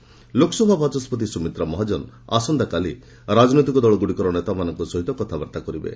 ଳୋକସଭା ବାଚସ୍କତି ସୁମିତ୍ରା ମହାଜନ ଆସନ୍ତାକାଲି ରାଜନୈତିକ ଦଳଗୁଡ଼ିକର ନେତାମାନଙ୍କ ସହ କଥାବାର୍ତ୍ତା କରିବେ